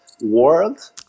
world